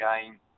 game